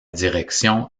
direction